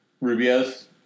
Rubio's